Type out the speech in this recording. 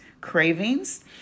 cravings